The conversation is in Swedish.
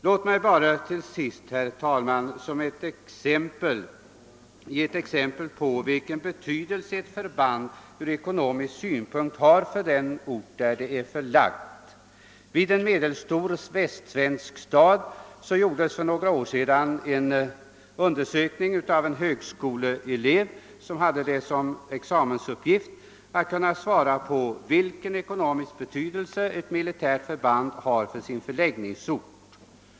Låt mig till sist, herr talman, ge ett exempel på vilken betydelse ett förband har från ekonomisk synpunkt för den ort där det är förlagt! I en medelstor västsvensk stad gjordes för några år sedan en undersökning beträffande just ett militärförbands ekonomiska betydelse för sin förläggningsort av en högskoleelev, som hade detta som examensuppgift.